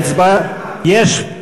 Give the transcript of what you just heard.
יש אחד.